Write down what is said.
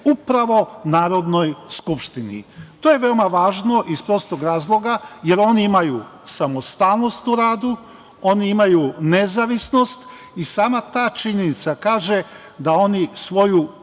upravo Narodnoj skupštini. To je veoma važno iz prostog razloga jer oni imaju samostalnost u radu, oni imaju nezavisnost i sama ta činjenica kaže da oni svoju